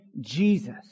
Jesus